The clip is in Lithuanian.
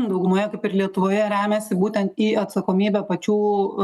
daugumoje kaip ir lietuvoje remiasi būtent į atsakomybę pačių